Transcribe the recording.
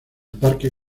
parque